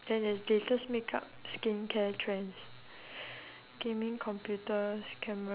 jobs career then food then shopping then entertainment then fitness prompt then they say cannot